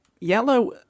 yellow